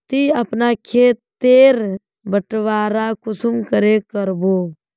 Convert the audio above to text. ती अपना खेत तेर बटवारा कुंसम करे करबो?